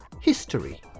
history